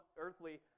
earthly